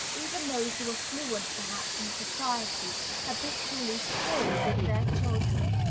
even those who are fluent, perhaps, in society, habitually talk with their children.